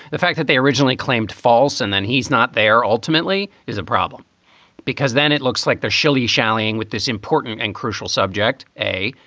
the fact that they originally claimed false and then he's not there ultimately is a problem because then it looks like they're shillyshallying with this important and crucial subject. a,